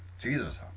Jesus